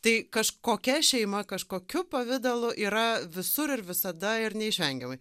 tai kažkokia šeima kažkokiu pavidalu yra visur ir visada ir neišvengiamai